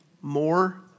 More